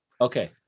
Okay